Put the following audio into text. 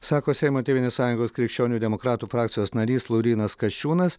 sako seimo tėvynės sąjungos krikščionių demokratų frakcijos narys laurynas kasčiūnas